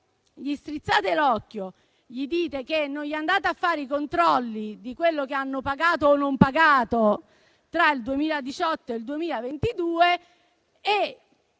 voi strizzate l'occhio; gli dite che non farete controlli su quello che ha pagato o non pagato tra il 2018 e il 2022; e,